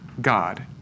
God